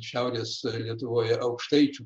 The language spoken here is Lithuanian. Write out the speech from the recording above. šiaurės lietuvoje aukštaičių